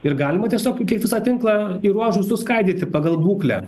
ir galima tiesiog visą tinklą į ruožus suskaidyti pagal būklę